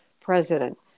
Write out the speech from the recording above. president